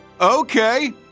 Okay